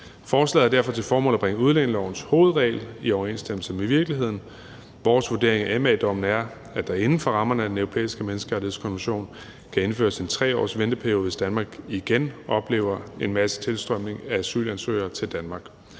Forslaget har derfor til formål at bringe udlændingelovens hovedregel i overensstemmelse med virkeligheden. Vores vurdering af M.A.-dommen er, at der inden for rammerne af Den Europæiske Menneskerettighedskonvention kan indføres en 3-årsventeperiode, hvis Danmark igen oplever en massetilstrømning af asylansøgere til Danmark.